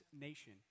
nation